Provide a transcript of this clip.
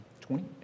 twenty